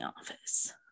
office